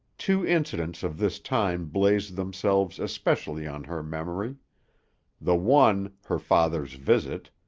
two incidents of this time blazed themselves especially on her memory the one, her father's visit,